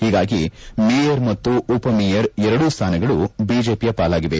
ಹೀಗಾಗಿ ಮೇಯರ್ ಮತ್ತು ಉಪಮೇಯರ್ ಎರಡೂ ಸ್ಥಾನಗಳು ಬಿಜೆಪಿಯ ಪಾಲಾಗಿವೆ